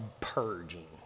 purging